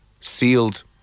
sealed